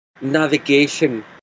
navigation